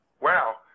wow